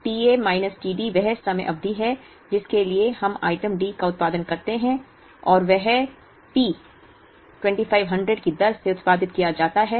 तो t A minus t D वह समय अवधि है जिसके लिए हम आइटम D का उत्पादन करते हैं और वह P 2500 की दर से उत्पादित किया जाता है